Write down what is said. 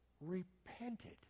repented